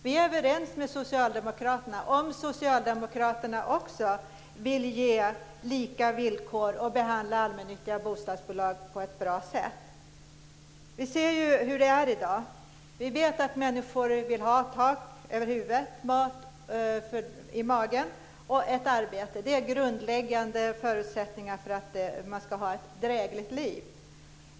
Vi är överens med Socialdemokraterna om Socialdemokraterna också vill ge lika villkor till de allmännyttiga bostadsbolagen och behandla dem på ett bra sätt. Vi ser ju hur det är i dag. Vi vet att människor vill ha tak över huvudet, mat i magen och ett arbete. Det är grundläggande förutsättningar för att man ska ha ett drägligt liv.